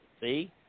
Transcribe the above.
See